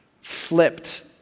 flipped